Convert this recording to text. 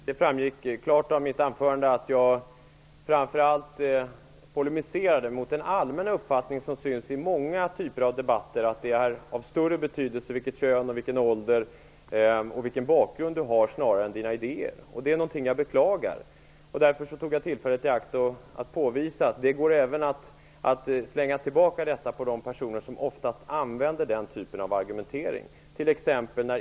Herr talman! Jag tror att det framgick klart av mitt anförande att jag framför allt polemiserade mot den allmänna uppfattning som syns i många typer av debatter. Det sägs att ens kön, ålder och bakgrund är av större betydelse än ens idéer. Det är någonting jag beklagar. Därför tog jag tillfället i akt att påvisa att det går att slänga tillbaka dessa påståenden på de personer som oftast använder den typen av argumentering.